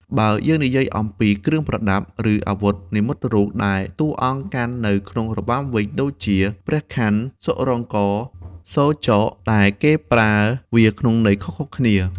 បើយើងនិយាយអំពីគ្រឿងប្រដាប់ ឬអាវុធនិមិត្តរូប ដែលតួអង្គកាន់នៅក្នុងរបាំវិញដូចជា ព្រះខ័ន សុរ៉ងក សូរចក ដែលគេប្រើវាក្នុងន័យខុសៗគ្នា។